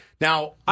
Now